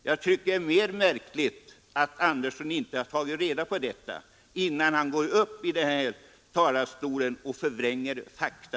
Jag tycker att det är mer märkligt att herr Andersson inte tar reda på det, innan han går upp i denna talarstol och förvränger fakta.